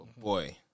Boy